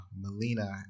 Melina